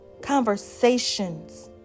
Conversations